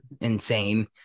insane